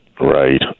Right